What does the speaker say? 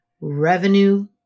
revenue